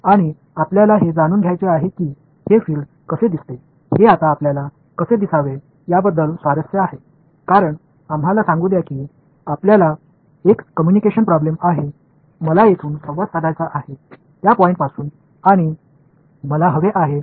மேலும் புலம் எவ்வாறு தோற்றமளிக்கிறது என்பதை நீங்கள் அறிய விரும்புகிறீர்கள் ஏனென்றால் புலம் எவ்வாறு தோற்றமளிக்கிறது என்பதில் நீங்கள் ஆர்வமாக இருப்பீர்கள் ஏனென்றால் உங்களுக்கு ஒரு தகவல் தொடர்பு சிக்கல் இருப்பதை நீங்கள் அறிவீர்கள் என்று சொல்லலாம் நான் இங்கிருந்து தொடர்பு கொள்ள விரும்புகிறேன்